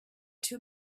two